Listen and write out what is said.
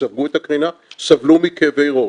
שספגו את הקרינה, סבלו מכאבי ראש.